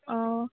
অঁ